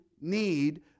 need